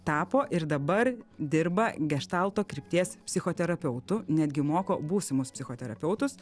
tapo ir dabar dirba geštalto krypties psichoterapeutu netgi moko būsimus psichoterapeutus